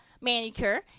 manicure